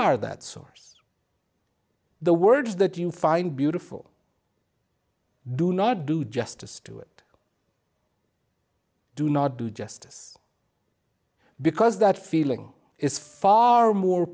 are that sort the words that you find beautiful do not do justice to it do not do justice because that feeling is far more